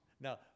Now